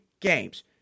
games